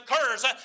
occurs